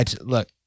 look